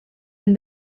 minn